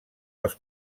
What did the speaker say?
els